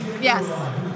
Yes